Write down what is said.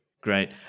Great